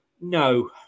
no